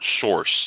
source